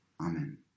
Amen